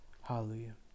Hallelujah